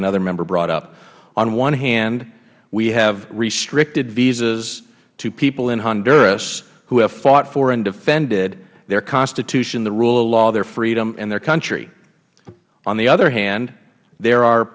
another member brought up on one hand we have restricted visas to people in honduras who have fought for and defended their constitution the rule of law their freedom and their country on the other hand there are